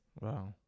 Wow